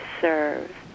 serve